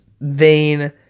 vain